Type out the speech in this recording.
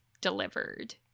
delivered